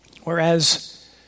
whereas